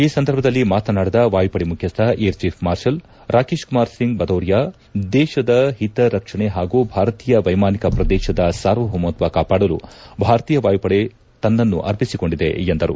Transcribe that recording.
ಈ ಸಂದರ್ಭದಲ್ಲಿ ಮಾತನಾಡಿದ ವಾಯುಪಡೆ ಮುಖ್ಚಿಸ್ಟ air chief marshal Rakesh Kumar Singh Bhadauria ದೇಶದ ಹಿತ ರಕ್ಷಣೆ ಹಾಗೂ ಭಾರತೀಯ ವೈಮಾನಿಕ ಪ್ರದೇಶದ ಸಾರ್ವಭೌಮತ್ತ ಕಾಪಾಡಲು ಭಾರತೀಯ ವಾಯುಪಡೆ ತನ್ನನ್ನು ಅರ್ಪಿಸಿಕೊಂಡಿದೆ ಎಂದರು